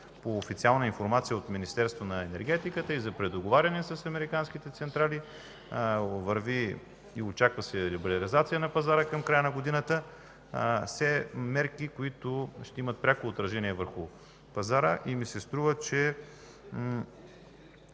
по официална информация от Министерството на енергетиката и за предоговаряне с американските централи, очаква се либерализация на пазара към края на годината – все мерки, които ще имат пряко отражение върху пазара. Струва ми